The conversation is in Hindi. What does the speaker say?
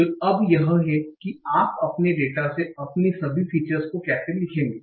तो अब यह है कि आप अपने डेटा से अपनी सभी फीचर्स को कैसे लिखेंगे